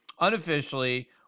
unofficially